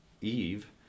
Eve